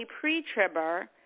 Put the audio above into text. pre-tribber